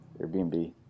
Airbnb